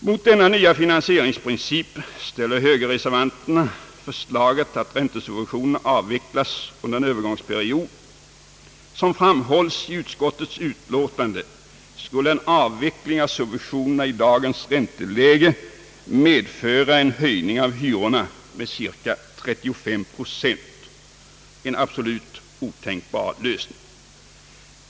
Mot denna nya finansieringsprincip ställer högerreservanterna förslaget att räntesubventionerna avvecklas under en övergångsperiod. Som framhålls i utskottets utlåtande skulle en avveckling av subventionerna i dagens ränteläge medföra en höjning av hyrorna med cirka 35 procent — en absolut otänkbar lösning.